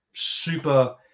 Super